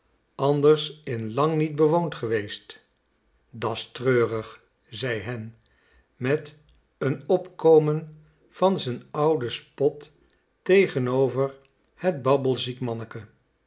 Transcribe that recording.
anders in lang niet bewoond geweest da's t r e u r i g zei hen met een opkomen van z'n ouden spot tegenover het